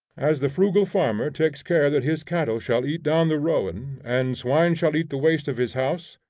as the frugal farmer takes care that his cattle shall eat down the rowen, and swine shall eat the waste of his house,